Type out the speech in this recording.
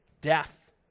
Death